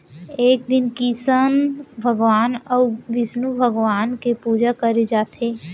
ए दिन किसन भगवान अउ बिस्नु भगवान के पूजा करे जाथे